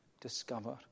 discover